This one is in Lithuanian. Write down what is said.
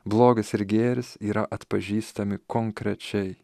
blogis ir gėris yra atpažįstami konkrečiai